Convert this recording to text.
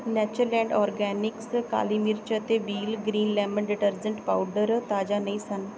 Natureland Organics ਕਾਲੀ ਮਿਰਚ ਅਤੇ Wheel green lemon detergent powder ਤਾਜ਼ਾ ਨਹੀਂ ਸਨ